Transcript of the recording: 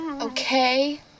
Okay